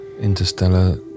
interstellar